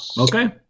Okay